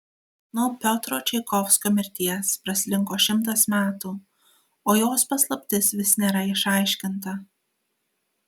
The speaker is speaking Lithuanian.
nuo piotro čaikovskio mirties praslinko šimtas metų o jos paslaptis vis nėra išaiškinta